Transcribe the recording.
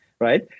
right